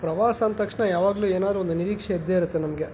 ಪ್ರವಾಸ ಅಂದ ತಕ್ಷಣ ಯಾವಾಗಲೂ ಏನಾದ್ರೂ ಒಂದು ನಿರೀಕ್ಷೆ ಇದ್ದೇ ಇರುತ್ತೆ ನಮಗೆ